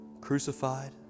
crucified